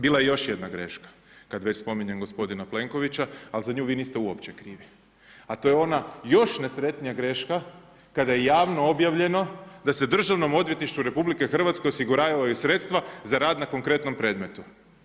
Bila je još jedna greška, kad već spominjem gospodina Plenkovića, ali za nju vi niste uopće krivi, a to je ona još nesretnija greška, kada je javno objavljeno da se državnom odvjetništvu RH osiguravaju sredstva za rad na konkretnom predmetu.